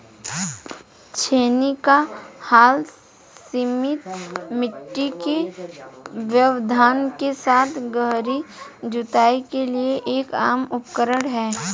छेनी का हल सीमित मिट्टी के व्यवधान के साथ गहरी जुताई के लिए एक आम उपकरण है